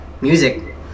music